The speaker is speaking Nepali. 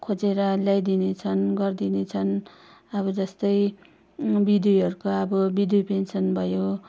खोजेर ल्याइदिने छन् गरिदिनेछन् अब जस्तै बिधुवीहरूको अब बिधुवी पेन्सन भयो